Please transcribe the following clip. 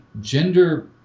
gender